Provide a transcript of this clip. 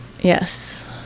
Yes